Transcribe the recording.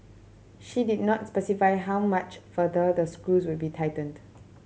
she did not specify how much further the screws would be tightened